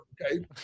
okay